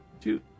two